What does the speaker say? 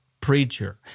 preacher